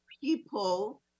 people